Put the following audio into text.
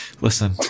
Listen